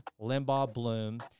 Limbaugh-Bloom